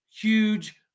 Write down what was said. huge